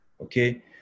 okay